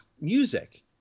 music